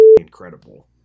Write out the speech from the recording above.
incredible